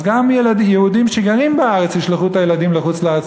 אז גם יהודים שגרים בארץ ישלחו את הילדים לחוץ-לארץ,